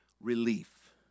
relief